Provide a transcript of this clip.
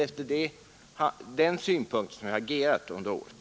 Efter de riktlinjerna har jag agerat under året.